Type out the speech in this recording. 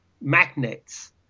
magnets